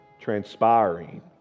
transpiring